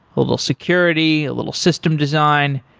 a little security, little system design.